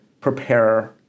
prepare